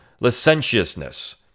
licentiousness